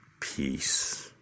Peace